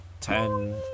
ten